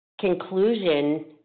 conclusion